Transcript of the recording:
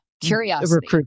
Curiosity